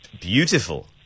beautiful